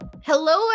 Hello